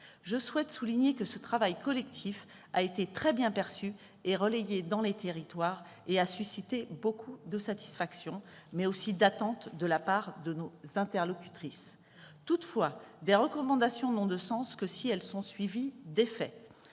Je souhaite souligner que ce travail collectif a été très bien perçu et relayé dans les territoires et qu'il a suscité beaucoup de satisfaction, mais aussi d'attentes, de la part de nos interlocutrices. Toutefois, des recommandations n'ont de sens que si elles sont suivies d'effet.